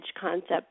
concept